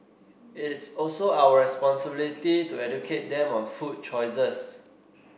it is also our responsibility to educate them on food choices